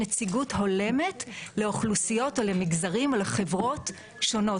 נציגות הולמת לאוכלוסיות או למגזרים או לחברות שונות,